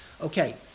Okay